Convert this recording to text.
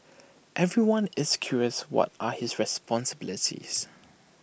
everyone is curious what are his responsibilities